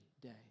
day